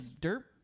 dirt